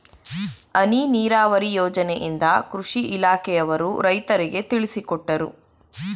ಹನಿ ನೀರಾವರಿ ಯೋಜನೆಯಿಂದ ಕೃಷಿ ಇಲಾಖೆಯವರು ರೈತರಿಗೆ ತಿಳಿಸಿಕೊಟ್ಟರು